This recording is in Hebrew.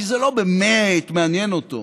כי זה לא באמת מעניין אותו,